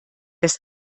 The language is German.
des